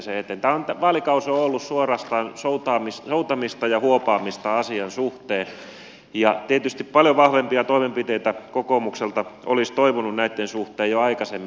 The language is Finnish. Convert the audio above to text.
tämä vaalikausi on ollut suorastaan soutamista ja huopaamista asian suhteen ja tietysti paljon vahvempia toimenpiteitä kokoomukselta olisi toivonut näitten suhteen jo aikaisemmin